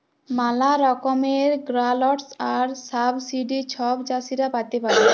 ম্যালা রকমের গ্র্যালটস আর সাবসিডি ছব চাষীরা পাতে পারে